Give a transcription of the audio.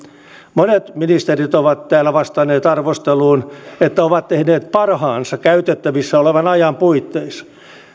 monet ministerit ovat täällä vastanneet arvosteluun että ovat tehneet parhaansa käytettävissä olevan ajan puitteissa